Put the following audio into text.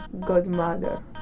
godmother